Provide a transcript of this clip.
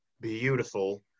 beautiful